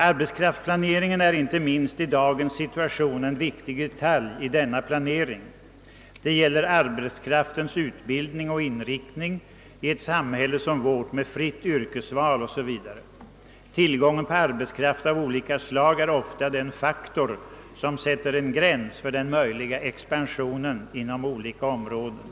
Arbetskraftsplaneringen är, inte minst i dagen situation, en viktig detalj i denna planering. Den gäller arbetskraftens utbildning och inriktning i ett samhälle som vårt, med fritt yrkesval o.s. v. Tillgången på arbetskraft av olika slag är ofta den faktor som sätter en gräns för den möjliga expansionen inom olika områden.